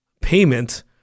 payment